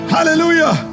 Hallelujah